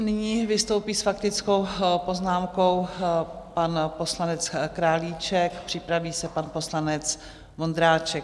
Nyní vystoupí s faktickou poznámkou pan poslanec Králíček, připraví se pan poslanec Vondráček.